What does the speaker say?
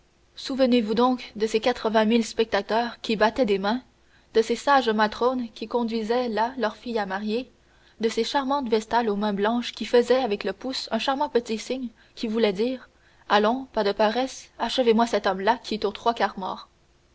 souvenez-vous donc de ces quatre-vingt mille spectateurs qui battaient des mains de ces sages matrones qui conduisaient là leurs filles à marier et de ces charmantes vestales aux mains blanches qui faisaient avec le pouce un charmant petit signe qui voulait dire allons pas de paresse achevez moi cet homme-là qui est aux trois quarts mort